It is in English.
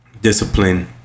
discipline